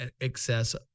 excess